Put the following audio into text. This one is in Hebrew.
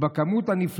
ראש הממשלה